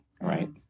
right